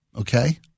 Okay